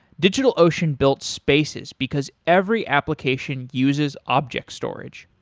digitalocean built spaces, because every application uses object storage.